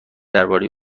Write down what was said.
درباره